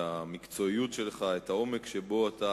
את המקצועיות שלך, את העומק שבו אתה